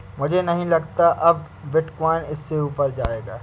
मुझे नहीं लगता अब बिटकॉइन इससे ऊपर जायेगा